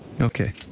Okay